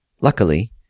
Luckily